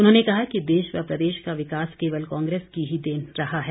उन्होंने कहा कि देश व प्रदेश का विकास केवल कांग्रेस की ही देन रहा है